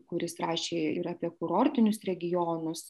kuris rašė ir apie kurortinius regionus